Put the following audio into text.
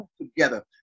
together